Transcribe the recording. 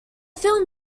film